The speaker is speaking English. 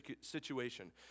situation